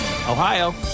Ohio